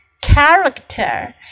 Character